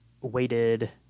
weighted